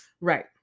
Right